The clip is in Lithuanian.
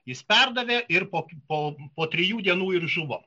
jis perdavė ir po po trijų dienų ir žuvo